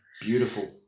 Beautiful